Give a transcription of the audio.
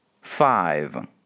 Five